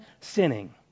sinning